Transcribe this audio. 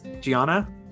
Gianna